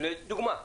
לדוגמה,